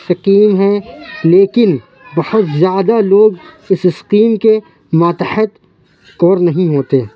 scheme ہے لیکن بہت زیادہ لوگ اِس اسکیم کے ماتحت کور نہیں ہوتے